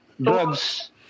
Drugs